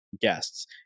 guests